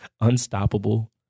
unstoppable